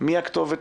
מי הכתובת